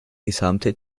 gesamte